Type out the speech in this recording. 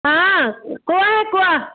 ହଁ କୁହ ହେ କୁହ